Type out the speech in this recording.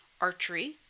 Archery